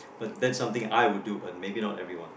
but that's something I would do but maybe not everyone